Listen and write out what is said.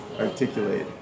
articulate